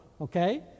okay